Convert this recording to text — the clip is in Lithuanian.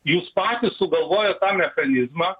jūs patys sugalvojot tą mechanizmą